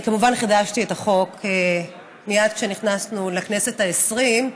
אני כמובן חידשתי את החוק מייד כשנכנסנו לכנסת העשרים,